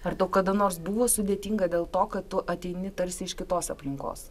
ar tau kada nors buvo sudėtinga dėl to kad tu ateini tarsi iš kitos aplinkos